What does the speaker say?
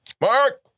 Mark